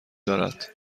دارد